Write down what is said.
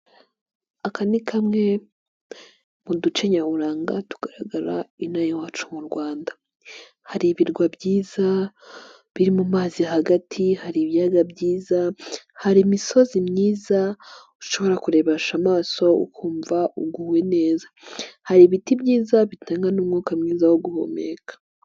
Aka ni kamwe mu duce nyaburanga tugaragara ino aha iwacu mu Rwanda, hari ibirwa byiza biri mu mazi hagati, hari ibiyaga byiza, hari imisozi myiza ushobora kurebesha amaso ukumva uguwe neza, hari ibiti byiza bitanga n'umwuka mwiza wo guhumeka.